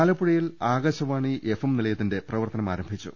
ആലപ്പുഴയിൽ ആകാശവാണി എഫ്എം നിലയത്തിന്റെ പ്രവർത്തനം ആരംഭിച്ചു